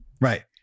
right